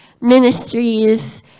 ministries